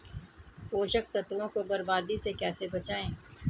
पोषक तत्वों को बर्बादी से कैसे बचाएं?